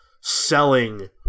selling